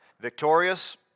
Victorious